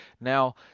Now